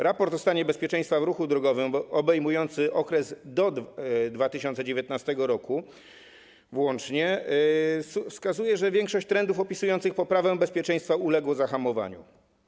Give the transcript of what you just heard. Raport o stanie bezpieczeństwa w ruchu drogowym obejmujący okres do 2019 r. włącznie wskazuje, że większość trendów opisujących poprawę bezpieczeństwa uległo zahamowaniu.